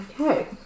Okay